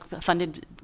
funded